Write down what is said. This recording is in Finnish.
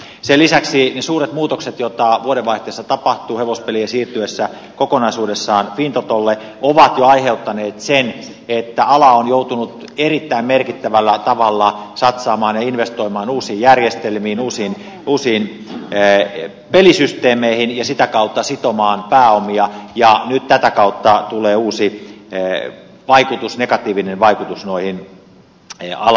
sen lisäksi ne suuret muutokset joita vuodenvaihteessa tapahtuu hevospelien siirtyessä kokonaisuudessaan fintotolle ovat jo aiheuttaneet sen että ala on joutunut erittäin merkittävällä tavalla satsaamaan ja investoimaan uusiin järjestelmiin uusiin pelisysteemeihin ja sitä kautta sitomaan pääomia ja nyt tätä kautta tulee uusi vaikutus negatiivinen vaikutus noihin alan varoihin